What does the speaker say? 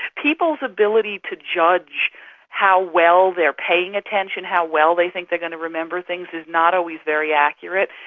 people's ability to judge how well they are paying attention and how well they think they're going to remember things is not always very accurate,